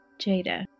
Jada